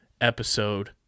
episode